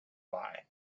why